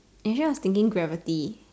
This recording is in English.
initial I was was thinking gravity